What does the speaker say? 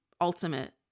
ultimate